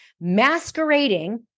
masquerading